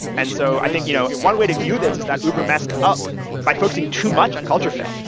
and so i think you know one way to view this is that uber messed up by focusing too much on culture fit,